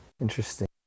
interesting